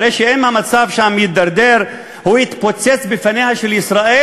הרי אם המצב שם יתדרדר הוא יתפוצץ בפניה של ישראל,